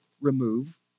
remove